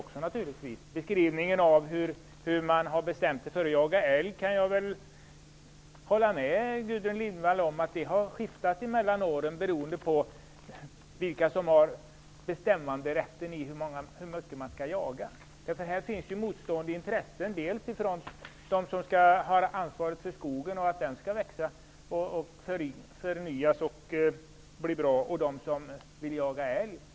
När det gäller beskrivningen av det sätt på vilket man har bestämt sig för att jaga älg kan jag hålla med Gudrun Lindvall om att det har skiftat mellan åren beroende på vilka som haft bestämmanderätten över jakten. Här finns ju motstående intressen, dels från dem som har ansvar för att skogen skall växa och förnyas, dels från dem som jagar älg.